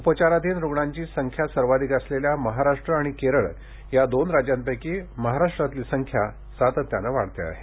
उपचाराधीन रुग्णांची संख्या सर्वाधिक असलेल्या महाराष्ट्र आणि केरळ या दोन राज्यांपैकी महाराष्ट्रातली संख्या सातत्याने वाढते आहे